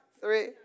three